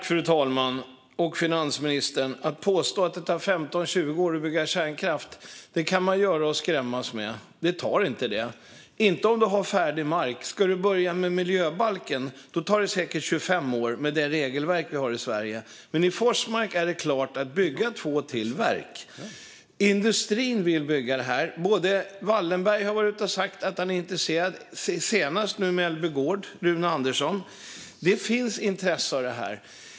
Fru talman! Påståendet att det tar 15-20 år att bygga kärnkraft kan man skrämmas med, finansministern, men det tar inte så lång tid. Det tar inte så lång tid om du har färdig mark. Ska du börja med miljöbalken tar det säkert 25 år med det regelverk vi har i Sverige, men i Forsmark är det klart för att bygga två verk till. Industrin vill bygga detta. Wallenberg har varit ute och sagt att han är intresserad, och senast hörde vi Rune Andersson på Mellby Gård. Det finns intresse av detta.